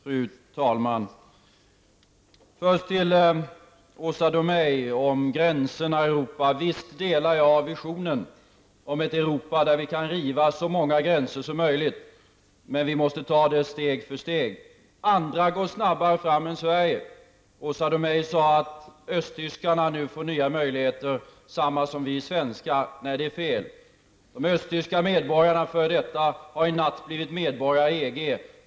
Fru talman! Först till Åsa Domeij om gränserna i Europa. Visst delar jag visionen om ett Europa där vi kan riva så många gränser som möjligt, men vi måste ta det steg för steg. Andra går snabbare fram än Sverige. Åsa Domeij sade att östtyskarna nu får nya möjligheter, samma som vi svenskar. Nej, det är fel. De f.d. östtyska medborgarna har i natt blivit medborgare i EG.